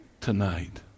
tonight